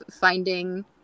finding